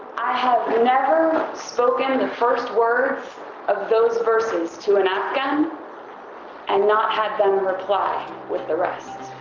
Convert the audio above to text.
i have never spoken the first words of those verses to an afghan and not had them reply with the rest